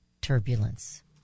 turbulence